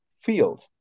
field